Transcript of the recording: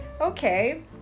Okay